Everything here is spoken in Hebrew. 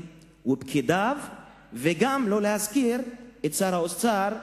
והפקידים שלו וגם לא להזכיר את שר האוצר,